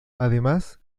además